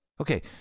Okay